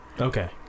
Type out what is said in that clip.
Okay